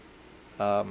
um